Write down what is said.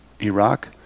Iraq